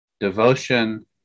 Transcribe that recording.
devotion